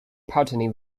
partly